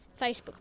Facebook